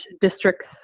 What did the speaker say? districts